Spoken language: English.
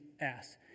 ass